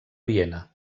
viena